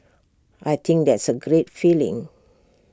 I think that's A great feeling